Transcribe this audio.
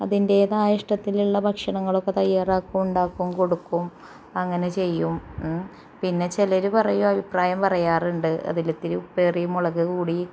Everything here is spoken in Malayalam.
അതിന്റെതായ ഇഷ്ടത്തില് ഉള്ള ഭക്ഷണങ്ങളൊക്കെ തയ്യാറാക്കും ഉണ്ടാക്കും കൊടുക്കും അങ്ങനെ ചെയ്യും ഉം പിന്നെ ചിലര് പറയും അഭിപ്രായം പറയാറുണ്ട് അതിലിത്തിരി ഉപ്പ് ഏറി മുളക് കൂടി